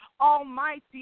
Almighty